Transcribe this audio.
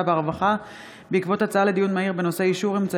והרווחה בעקבות דיון מהיר בהצעתה של חברת הכנסת גבי לסקי